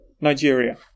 Nigeria